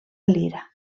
lira